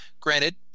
Granted